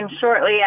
shortly